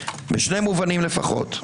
משני מובנים לפחות: